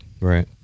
Right